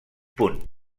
punt